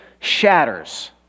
shatters